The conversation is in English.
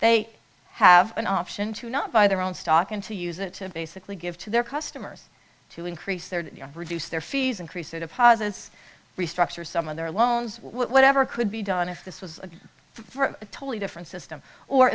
they have an option to not buy their own stock and to use it to basically give to their customers to increase their reduce their fees increase their deposits restructure some of their loans whatever could be done if this was for a totally different system or